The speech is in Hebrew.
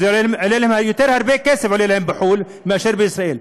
זה עולה להם הרבה יותר כסף בחו"ל מאשר בישראל.